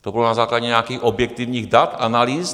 To bylo na základě nějakých objektivních dat, analýz?